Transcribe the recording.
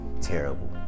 terrible